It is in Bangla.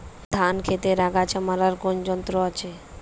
ধান ক্ষেতের আগাছা মারার কোন যন্ত্র আছে?